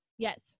Yes